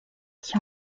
qui